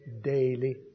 daily